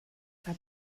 that